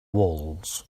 walls